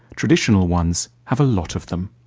traditional ones have a lot of them.